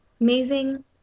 amazing